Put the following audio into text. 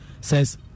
says